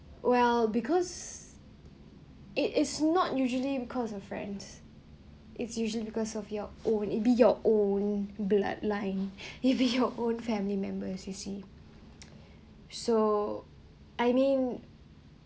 well because it is not usually because of friends it's usually because of your would it be your own bloodline if you own family members you see so I mean